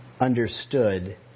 understood